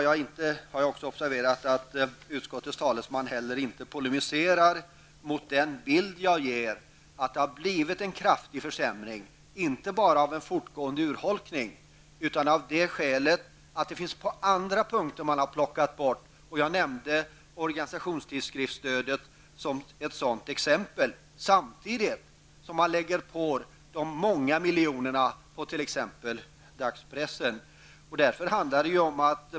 Jag har också observerat att utskottets talesman inte heller polemiserar mot den bild jag ger av att det har blivit en kraftig försämring, inte bara på grund av en fortgående urholkning, utan på grund av att man har plockat bort stöd på andra punkter. Jag nämnde organisationstidskriftsstödet som exempel. Samtidigt får t.ex. dagspressen flera miljoner.